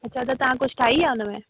अच्छा त तव्हां कुझु ठाही आहे हुनमें